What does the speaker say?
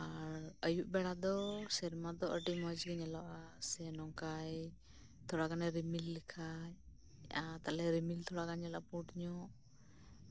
ᱟᱨ ᱟᱹᱭᱩᱵ ᱵᱮᱲᱟ ᱫᱚ ᱥᱮᱨᱢᱟ ᱫᱚ ᱟᱹᱰᱤ ᱢᱚᱸᱡ ᱜᱮ ᱧᱮᱞᱚᱜᱼᱟ ᱥᱮ ᱱᱚᱝᱠᱟᱭ ᱛᱷᱚᱲᱟ ᱜᱟᱱᱮ ᱨᱤᱢᱤᱞ ᱞᱮᱠᱷᱟᱱ ᱟᱨ ᱛᱟᱦᱞᱮ ᱨᱤᱢᱤᱞ ᱛᱷᱚᱲᱟᱜᱟᱱ ᱧᱮᱞᱚᱜᱼᱟ ᱯᱩᱸᱰ ᱧᱚᱜ